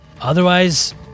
Otherwise